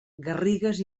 garrigues